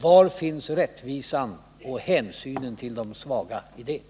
Var finns rättvisan och hänsynen till de svaga i detta?